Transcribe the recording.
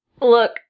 Look